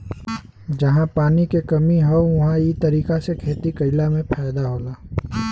जहां पानी के कमी हौ उहां इ तरीका से खेती कइला में फायदा होला